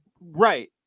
Right